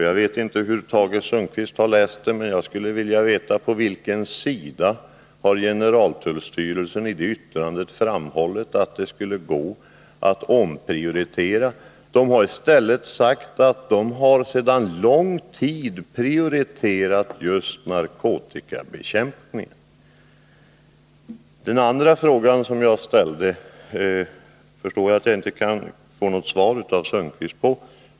Jag vet inte hur noga Tage Sundkvist har läst generaltullstyrelsens ganska långa yttrande. Jag skulle vilja veta var i detta yttrande man framhållit att det skulle gå att göra omprioriteringar. I stället har man ju sagt att man sedan lång tid tillbaka prioriterat just narkotikabekämpningen. På den andra frågan som jag ställde förstår jag att jag inte kan få något svar av Tage Sundkvist.